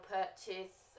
purchase